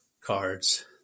cards